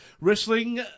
wrestling